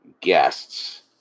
guests